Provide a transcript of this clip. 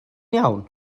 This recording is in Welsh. iawn